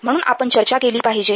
म्हणून आपण चर्चा केली पाहिजे